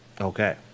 Okay